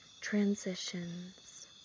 transitions